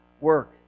work